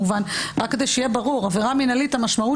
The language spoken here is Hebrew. רק כדי שיהיה ברור עבירה מינהלית המשמעות